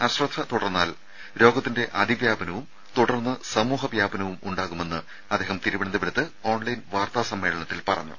അശ്രദ്ധ തുടർന്നാൽ രോഗത്തിന്റെ അതിവ്യാപനവും സമൂഹ വ്യാപനവും ഉണ്ടാകുമെന്ന് തുടർന്ന് അദ്ദേഹം തിരുവനന്തപുരത്ത് ഓൺലൈൻ വാർത്താ സമ്മേളനത്തിൽ പറഞ്ഞു